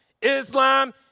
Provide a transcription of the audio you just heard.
Islam